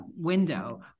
window